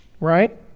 Right